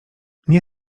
nie